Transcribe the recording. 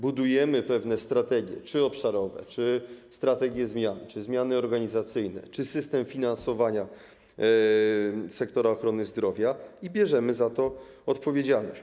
Budujemy pewne strategie, czy obszarowe, czy strategie zmian, czy zmiany organizacyjne, czy system finansowania sektora ochrony zdrowia, i bierzemy za to odpowiedzialność.